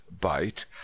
bite